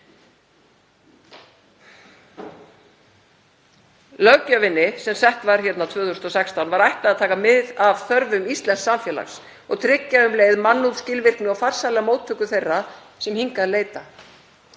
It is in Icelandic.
Löggjöfinni sem sett var 2016 var ætlað að taka mið af þörfum íslensks samfélags og tryggja um leið mannúð, skilvirkni og farsæla móttöku þeirra sem hingað leita.